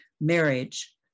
marriage